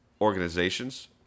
organizations